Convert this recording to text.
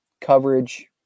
coverage